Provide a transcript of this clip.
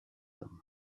hommes